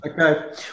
Okay